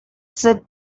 sit